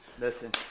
Listen